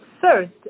first